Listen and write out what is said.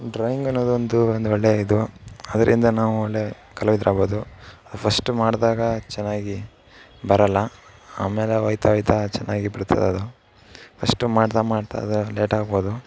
drawing ಅನ್ನೋದು ಒಂದು ಒಂದು ಒಳ್ಳೆ ಇದು ಅದರಿಂದ ನಾವು ಒಳ್ಳೆ ಕಲಾವಿದ್ರು ಆಗ್ಬೋದು ಫಸ್ಟು ಮಾಡಿದಾಗ ಚೆನ್ನಾಗಿ ಬರೋಲ್ಲ ಆಮೇಲೆ ಹೋಗ್ತಾ ಹೋಗ್ತಾ ಚೆನ್ನಾಗಿ ಬರ್ತದೆ ಅದು ಫಸ್ಟು ಮಾಡ್ತಾ ಮಾಡ್ತಾ ಅದು ಲೇಟ್ ಆಗ್ಬೋದು